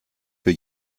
für